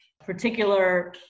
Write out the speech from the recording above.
particular